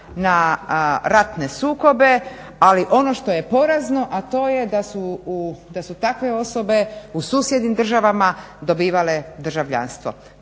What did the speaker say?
na ratne sukobe ali ono što je porazno a to je da su takve osobe u susjednim državama dobivale državljanstvo.